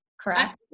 correct